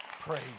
Praise